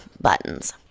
buttons